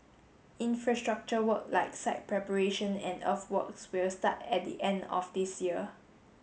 infrastructure work like site preparation and earthworks will start at the end of this year